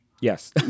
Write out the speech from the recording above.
yes